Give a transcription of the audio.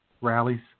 rallies